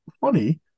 funny